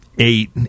Eight